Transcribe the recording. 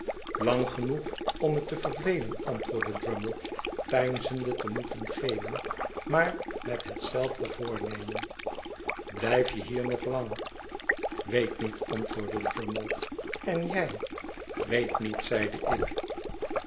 lang genoeg om me te vervelen antwoordde drummle veinzende te moeten geeuwen maar met hetzelfde voornemen blijf je hier nog lang weet niet antwoordde drummle en jij weet niet zeide ik